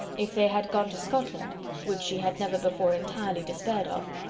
if they had gone to scotland, which she had never before entirely despaired of,